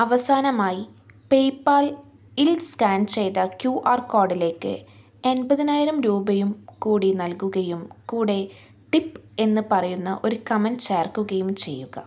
അവസാനമായി പേയ്പാൽ ഇൽ സ്കാൻ ചെയ്ത ക്യു ആർ കോഡിലേക്ക് എൺപതിനായിരം രൂപയും കൂടി നൽകുകയും കൂടെ ടിപ്പ് എന്ന് പറയുന്ന ഒരു കമന്റ് ചേർക്കുകയും ചെയ്യുക